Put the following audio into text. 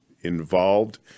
involved